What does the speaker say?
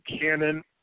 Cannon